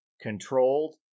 controlled